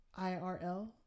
IRL